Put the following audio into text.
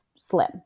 slim